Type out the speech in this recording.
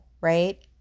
Right